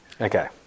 Okay